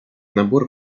набор